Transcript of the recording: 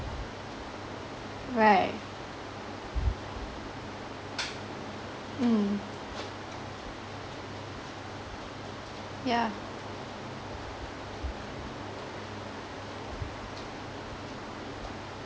right mm yeah